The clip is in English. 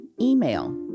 email